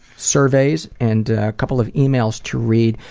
surveys and a couple of emails to read,